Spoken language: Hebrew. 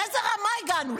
לאיזו רמה הגענו?